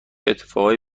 اتفاقای